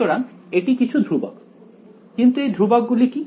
সুতরাং এটি কিছু ধ্রুবক কিন্তু এই ধ্রুবকগুলি কি